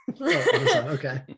okay